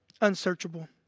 unsearchable